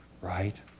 right